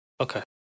Okay